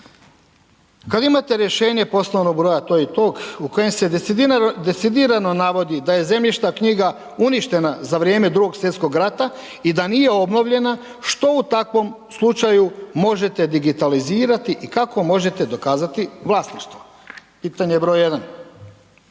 Kad imate rješenje poslovnog broja tog i tog u kojem se decidirano navodi da je zemljišna knjiga uništena za vrijeme Drugog svjetskog rata i da nije obnovljena, što u takvom slučaju možete digitalizirati i kako možete dokazati vlasništvo, pitanje br. 1?